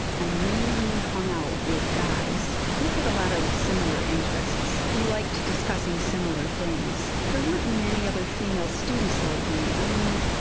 i mainly hung out with guys. we had a lot of similar interests. we liked discussing similar things. there weren't many other female students like me. i mean,